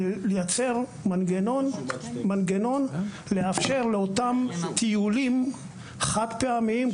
במטרה לייצר מנגנון כדי לאפשר לאותם טיולים קבוצתיים חד-פעמיים,